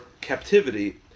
captivity